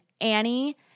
Annie